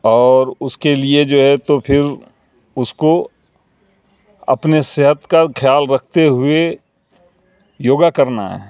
اور اس کے لیے جو ہے تو پھر اس کو اپنے صحت کا خیال رکھتے ہوئے یوگا کرنا ہے